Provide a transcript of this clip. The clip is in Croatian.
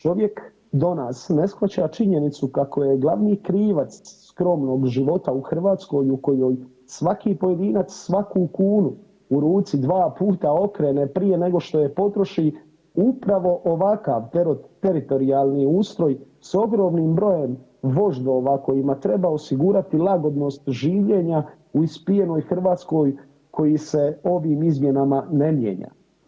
Čovjek do nas ne shvaća činjenicu kako je glavni krivac skromnog života u Hrvatskoj u kojoj svaki pojedinac svaku kunu u ruci dva puta okrene prije nego što je potroši upravo ovakav teritorijalni ustroj s ogromnim brojem voždeva kojima treba osigurati lagodnost življenja u ispijenoj Hrvatskoj koji se ovim izmjenama ne mijenja.